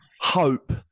hope